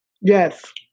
Yes